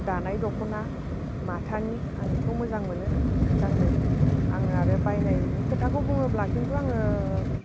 दानाय दख'ना माथानि आं बेखौ मोजां मोनो गाननो आङो आरो बायनायनि खोथाखौ बुङोब्ला खिन्थु आङो